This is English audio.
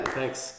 Thanks